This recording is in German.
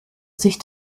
sich